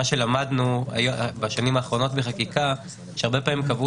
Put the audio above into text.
למדנו בשנים האחרונות בחקיקה שהרבה פעמים קבעו